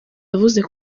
yavuze